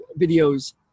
videos